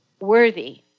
worthy